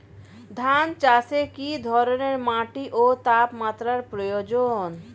ধান চাষে কী ধরনের মাটি ও তাপমাত্রার প্রয়োজন?